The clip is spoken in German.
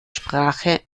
sprache